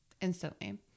instantly